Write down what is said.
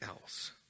else